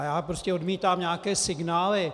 Já prostě odmítám nějaké signály.